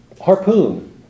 harpoon